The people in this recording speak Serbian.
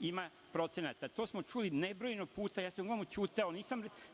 ima procenata. To smo čuli nebrojano puta, uglavnom sam ćutao,